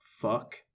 Fuck